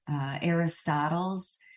Aristotle's